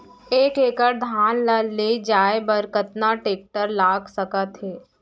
एक एकड़ धान ल ले जाये बर कतना टेकटर लाग सकत हे?